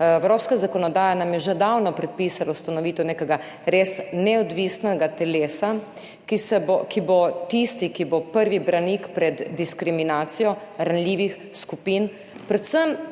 Evropska zakonodaja nam je že davno predpisala ustanovitev nekega res neodvisnega telesa, ki bo tisto, ki bo prvi branik pred diskriminacijo ranljivih skupin predvsem